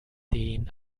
den